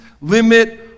limit